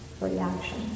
reaction